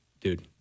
dude